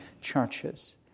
churches